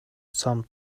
some